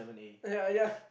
ya ya